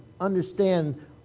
understand